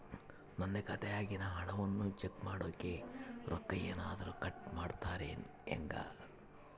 ನನ್ನ ಖಾತೆಯಾಗಿನ ಹಣವನ್ನು ಚೆಕ್ ಮಾಡೋಕೆ ರೊಕ್ಕ ಏನಾದರೂ ಕಟ್ ಮಾಡುತ್ತೇರಾ ಹೆಂಗೆ?